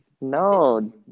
No